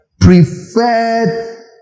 preferred